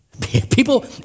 People